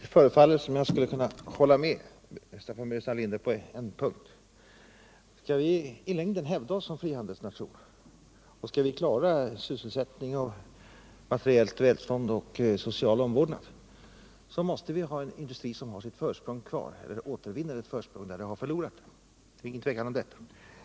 Herr talman! Det förefaller som om jag'skulle kunna hålla med Staffan Burenstam Linder på en punkt. Skall vi i längden kunna hävda oss som frihandelsnation och skall vi kunna klara sysselsättning, materiellt välstånd och social omvårdnad, så måste vi ha en industri som har sitt försprång kvar, eller återvinna det försprång som vi har förlorat. Det är ingen tvekan om detta.